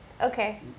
Okay